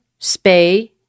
spay